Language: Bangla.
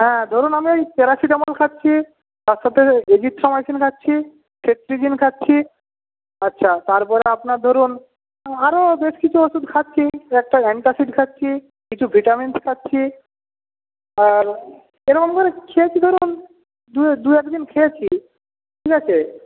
হ্যাঁ ধরুন আমি ওই প্যারাসিটামল খাচ্ছি তার সাথে এজিথ্রোমাইসিন খাচ্ছি সেট্রিজিন খাচ্ছি আচ্ছা তারপরে আপনার ধরুন আরও বেশ কিছু ওষুধ খাচ্ছি একটা অ্যান্টাসিড খাচ্ছি কিছু ভিটামিনস খাচ্ছি আর এরকম করে খেয়েছি ধরুন দু এক দিন খেয়েছি ঠিক আছে